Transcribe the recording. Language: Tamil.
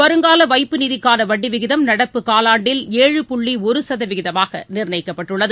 வருங்கால வைப்பு நிதிக்கான வட்டி விகிதம் நடப்பு காலாண்டில் ஏழு புள்ளி ஒரு சதவீதமாக நிர்ணயிக்கப்பட்டுள்ளது